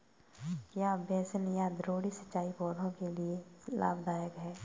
क्या बेसिन या द्रोणी सिंचाई पौधों के लिए लाभदायक है?